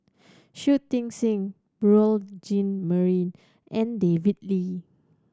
Shui Tit Sing Beurel Jean Marie and David Lee